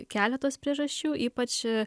keletos priežasčių ypač